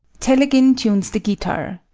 telegin tunes the guitar.